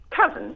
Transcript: cousin